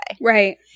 Right